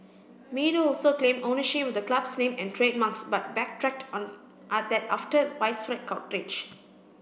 meadow also claimed ownership of the club's name and trademarks but backtracked on that after widespread outrage